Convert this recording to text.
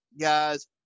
guys